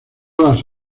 las